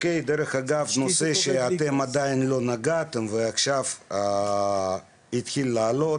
עוד דבר שאתם לא נגעתם בו ועכשיו התחיל לעלות,